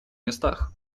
местах